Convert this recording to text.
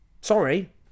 Sorry